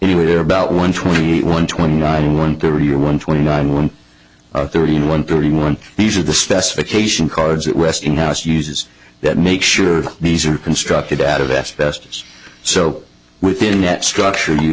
anyway there about one twenty one twenty one thirty one twenty nine one thirty one thirty one these are the specification cards that westinghouse uses that make sure these are constructed out of asbestos so within that structure you